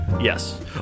Yes